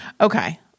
Okay